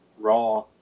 raw